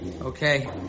Okay